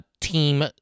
team